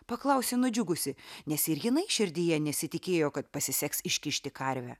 paklausė nudžiugusi nes ir jinai širdyje nesitikėjo kad pasiseks iškišti karvę